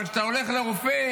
אבל כשאתה הולך לרופא,